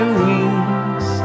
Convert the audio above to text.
wings